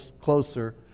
closer